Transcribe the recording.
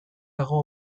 dago